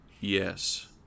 Yes